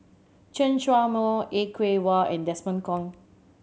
Chen Show Mao Er Kwong Wah and Desmond Kon